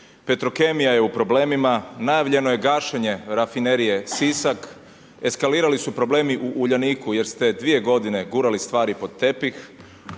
Petrokemija je u problemima, najavljeno je gašenje Rafinerije Sisak, eskalirali su problemi u Uljaniku jer ste 2 godine gurali stvari pod tepih.